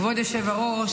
כבוד היושב-ראש,